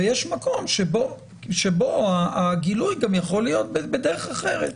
ויש מקום שבו הגילוי יכול להיות גם בדרך אחרת.